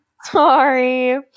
Sorry